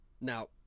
Now